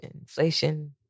Inflation